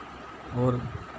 और